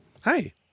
hi